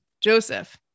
Joseph